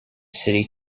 city